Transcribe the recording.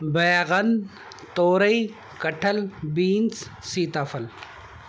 بیگن تورئی کٹھل بینس سیتاپھل